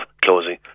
closing